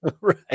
right